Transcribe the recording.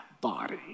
body